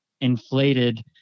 inflated